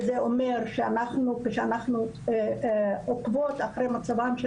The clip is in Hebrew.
וזה אומר כשאנחנו עוקבות אחר מצבן של